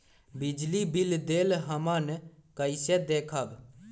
बिजली बिल देल हमन कईसे देखब?